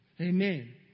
Amen